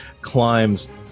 climbs